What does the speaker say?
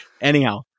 Anyhow